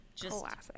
Classic